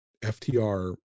FTR